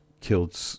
killed